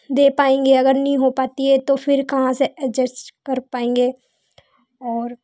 दे पाएँगे अगर नहीं हो पाती है तो फिर कहाँ से एजस्ट कर पाएँगे और